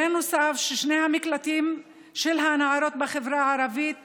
בנוסף, שני מקלטים של נערות בסיכון בחברה הערבית